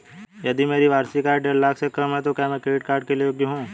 यदि मेरी वार्षिक आय देढ़ लाख से कम है तो क्या मैं क्रेडिट कार्ड के लिए योग्य हूँ?